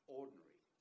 ordinary